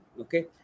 okay